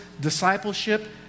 discipleship